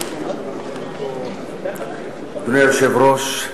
אדוני היושב-ראש,